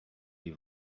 les